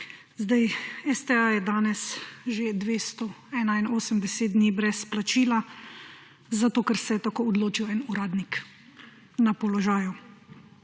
Zdaj, STA je danes že 281 dni brez plačila zato, ker se je to odločil en uradnik na položaju.